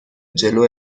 جلو